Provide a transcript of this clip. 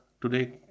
today